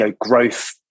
growth